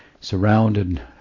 surrounded